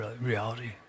reality